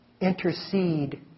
intercede